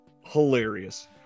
Hilarious